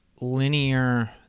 linear